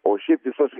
o šiaip visos